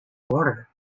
order